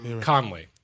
Conley